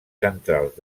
centrals